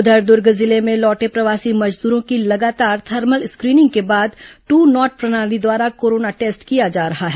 उधर दुर्ग जिले में लौटे प्रवासी मजदूरों की लगातार थर्मल स्क्रीनिंग के बाद दू नॉट प्रणाली द्वारा कोरोना टेस्ट किया जा रहा है